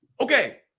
Okay